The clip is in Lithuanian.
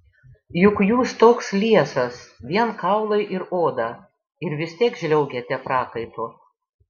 juk jūs toks liesas vien kaulai ir oda ir vis tiek žliaugiate prakaitu